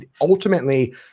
ultimately